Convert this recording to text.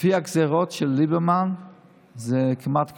לפי הגזרות של ליברמן זה כמעט כלום,